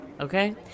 okay